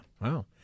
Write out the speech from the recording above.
Wow